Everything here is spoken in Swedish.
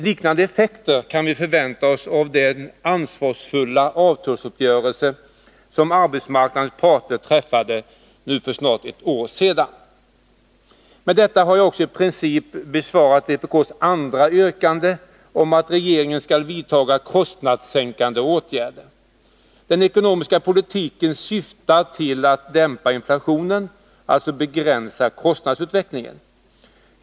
Liknande effekter kan vi förvänta oss av den ansvarsfulla avtalsuppgörelse som arbetsmarknadens parter träffade för snart ett år sedan. Med detta har jag i princip också besvarat det andra yrkandet i vpk:s motion om att regeringen skall vidta kostnadssänkande åtgärder. Den ekonomiska politiken syftar till att dämpa inflationen, alltså att begränsa kostnadsutvecklingen.